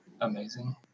amazing